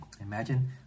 Imagine